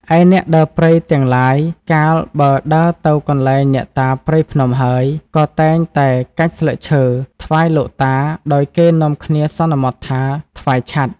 ឯអ្នកដើរព្រៃទាំងឡាយ កាលបើដើរទៅកន្លែងអ្នកតាព្រៃភ្នំហើយ ក៏តែងតែកាច់ស្លឹកឈើ ថ្វាយលោកតា ដោយគេនាំគ្នាសន្មតថា ថ្វាយឆ័ត្រ។